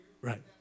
Right